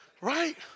Right